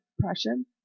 depression